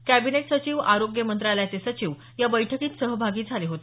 cabinet सचिव आरोग्य मंत्रालयाचे सचिव या बैठकीत सहभागी झाले होते